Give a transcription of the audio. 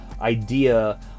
idea